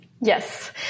Yes